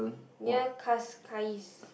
near Cascais